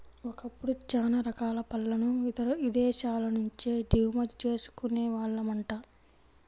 ఒకప్పుడు చానా రకాల పళ్ళను ఇదేశాల నుంచే దిగుమతి చేసుకునే వాళ్ళమంట